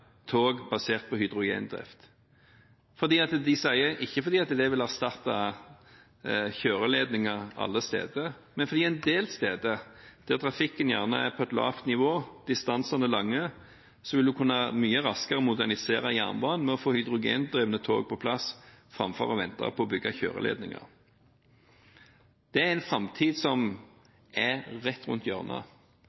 tog basert på hydrogendrift – ikke fordi de vil erstatte kjøreledninger alle steder, men fordi man en del steder, der trafikken gjerne er på et lavt nivå og distansene lange, mye raskere vil kunne modernisere jernbanen med å få hydrogendrevne tog på plass framfor å vente på å få bygd kjøreledninger. Det er en framtid som